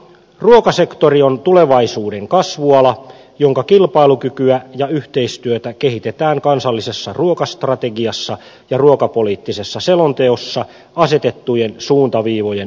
ruokasektori on tulevaisuuden kasvuala jonka kilpailukykyä ja yhteistyötä kehitetään kansallisessa ruokastrategiassa ja ruokapoliittisessa selonteossa asetettujen suuntaviivojen mukaisesti